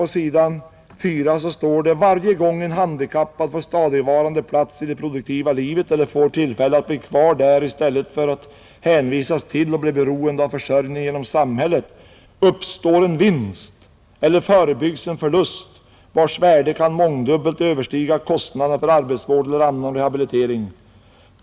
På s. 4 skriver man t.ex.: ”Varje gång en handikappad får stadigvarande plats i det produktiva livet eller får tillfälle att bli kvar där istället för att hänvisas till och bli beroende av försörjning genom samhället uppstår en vinst eller förebyggs en förlust vars värde kan mångdubbelt överstiga kostnaden för arbetsvård eller annan rehabilitering.